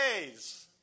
days